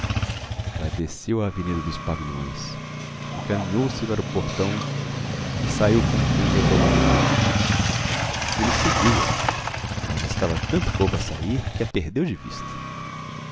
ela desceu a avenida dos pavilhões encaminhou-se para o portão e saiu como quem ia tomar o bonde ele seguiu-a mas estava tanto povo a sair que a perdeu de vista